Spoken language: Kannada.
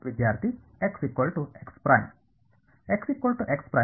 ವಿದ್ಯಾರ್ಥಿ